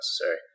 necessary